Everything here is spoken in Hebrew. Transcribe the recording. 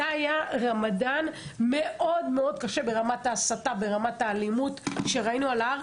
זה היה רמדאן מאוד קשה ברמת ההסתה והאלימות שראינו על ההר,